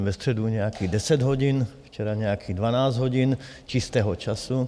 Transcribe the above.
Ve středu nějakých 10 hodin, včera nějakých12 hodin čistého času.